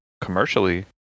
commercially